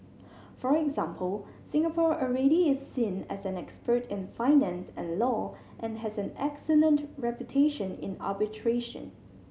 for example Singapore already is seen as an expert in finance and law and has an excellent reputation in arbitration